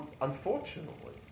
Unfortunately